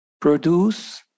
produce